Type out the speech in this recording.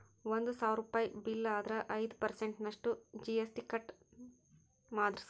ಒಂದ್ ಸಾವ್ರುಪಯಿ ಬಿಲ್ಲ್ ಆದ್ರ ಐದ್ ಪರ್ಸನ್ಟ್ ನಷ್ಟು ಜಿ.ಎಸ್.ಟಿ ಕಟ್ ಮಾದ್ರ್ಸ್